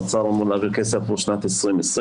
האוצר אמור להעביר כסף עבור שנת 2020,